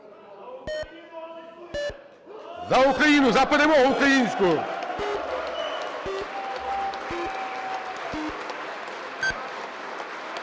За Україну! За перемогу українську!